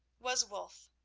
was wulf.